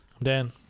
Dan